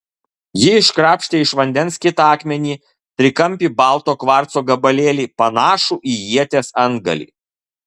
ji iškrapštė iš vandens kitą akmenį trikampį balto kvarco gabalėlį panašų į ieties antgalį